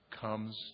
comes